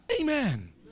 Amen